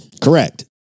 Correct